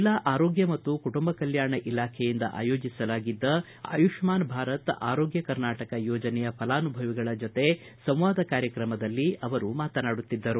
ಜಿಲ್ಲಾ ಆರೋಗ್ಯ ಮತ್ತು ಕುಟುಂಬ ಕಲ್ಯಾಣ ಇಲಾಖೆಯಿಂದ ಆಯೋಜಿಸಲಾಗಿದ್ದ ಆಯುಷ್ಠಾನ್ ಭಾರತ್ ಆರೋಗ್ಯ ಕರ್ನಾಟಕ ಯೋಜನೆಯ ಫಲಾನುಭವಿಗಳ ಜತೆ ಸಂವಾದ ಕಾರ್ಯಕ್ರಮದಲ್ಲಿ ಅವರು ಮಾತನಾಡುತ್ತಿದ್ದರು